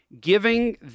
giving